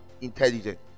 intelligent